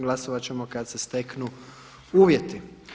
Glasovati ćemo kada se steknu uvjeti.